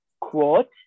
quote